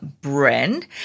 brand